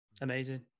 Amazing